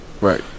right